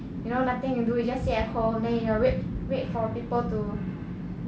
you know nothing to do you just sit at home then you know wait wait for people to